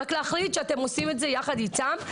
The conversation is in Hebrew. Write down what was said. רק צריך להחלטי שאתם עושים את זה יחד איתם.